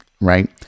right